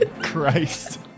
Christ